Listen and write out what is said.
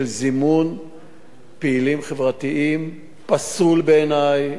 של זימון פעילים חברתיים פסול בעיני,